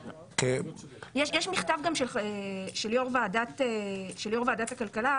יש מכתב גם של יו"ר ועדת הכלכלה,